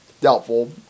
Doubtful